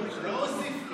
לא הוסיף לו,